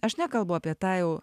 aš nekalbu apie tą jau